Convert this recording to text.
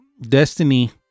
Destiny